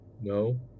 no